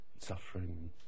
suffering